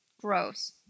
Gross